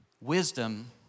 wisdom